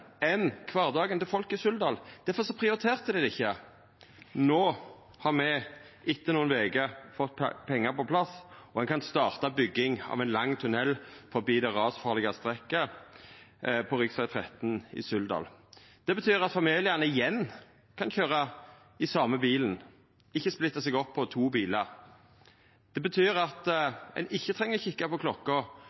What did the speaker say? kvardagen til folk i Suldal, og difor prioriterte dei det ikkje. No har me – etter nokre veker – fått pengar på plass, og ein kan starta bygging av ein lang tunnel forbi det rasfarlege strekket på rv. 13 i Suldal. Det betyr at familiane igjen kan køyra i same bilen, ikkje splitta seg opp i to bilar. Det betyr at ein ikkje treng å kikka på klokka